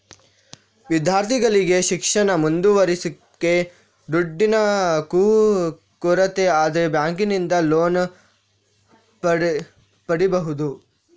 ವಿದ್ಯಾರ್ಥಿಗಳಿಗೆ ಶಿಕ್ಷಣ ಮುಂದುವರಿಸ್ಲಿಕ್ಕೆ ದುಡ್ಡಿನ ಕೊರತೆ ಆದ್ರೆ ಬ್ಯಾಂಕಿನಿಂದ ಲೋನ್ ಪಡೀಬಹುದು